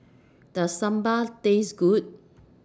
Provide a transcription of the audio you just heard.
Does Sambar Taste Good